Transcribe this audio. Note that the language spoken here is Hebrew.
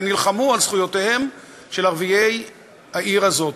ונלחמו על זכויותיהם של ערביי העיר הזאת,